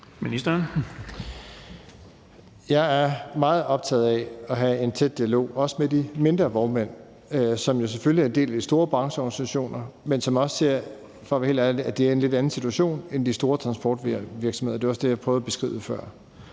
Jeg er meget optaget af at have en tæt dialog også med de mindre vognmænd, som jo selvfølgelig er en del af de store brancheorganisationer, men som også er – for at være helt ærlig – i en lidt anden situation end de store transportvirksomheder. Det var også det, jeg prøvede at beskrive før.